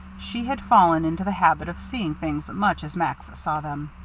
she had fallen into the habit of seeing things much as max saw them.